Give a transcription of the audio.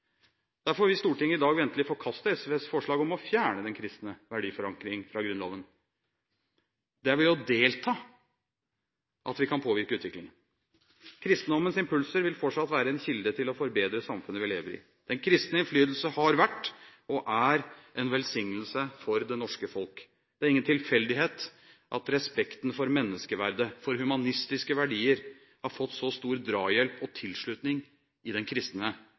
Derfor vil Stortinget i dag ventelig forkaste SVs forslag om å fjerne den kristne verdiforankring fra Grunnloven. Det er ved å delta vi kan påvirke utviklingen. Kristendommens impulser vil fortsatt være en kilde til å forbedre samfunnet vi lever i. Den kristne innflytelsen har vært – og er – en velsignelse for det norske folket. Det er ingen tilfeldighet at respekten for menneskeverdet og for humanistiske verdier har fått så stor drahjelp og tilslutning i den kristne